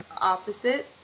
opposite